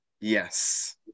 Yes